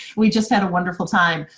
we just had a wonderful time.